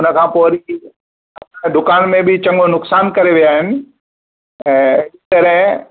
उन खां पोइ वरी दुकान में बि चङो नुक़सान करे विया आहिनि त अहिड़ी तरह